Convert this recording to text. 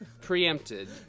preempted